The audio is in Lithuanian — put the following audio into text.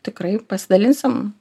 tikrai pasidalinsim